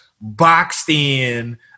boxed-in